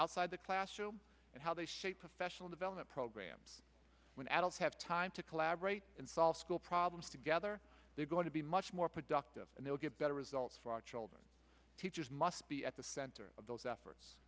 outside the classroom and how they shape professional development programs when adults have time to collaborate and solve school problems together they're going to be much more productive and they'll get better results for our children teachers must be at the center of those efforts